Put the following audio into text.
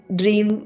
dream